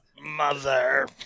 mother